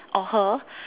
or her